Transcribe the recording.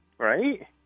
Right